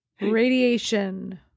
Radiation